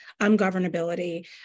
ungovernability